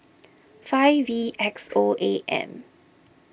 five V X O A M